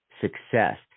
Success